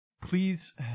Please